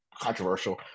controversial